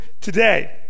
today